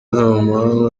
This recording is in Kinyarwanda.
ntamuhanga